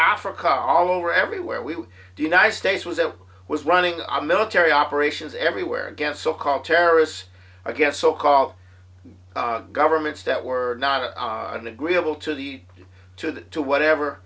africa all over everywhere we do united states was it was running our military operations everywhere against so called terrorists i guess so called governments that were not and agreeable to the to the to whatever